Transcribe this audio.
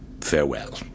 farewell